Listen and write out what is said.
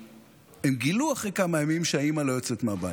והם גילו אחרי כמה ימים שהאימא לא יוצאת מהבית,